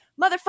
motherfucker